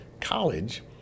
college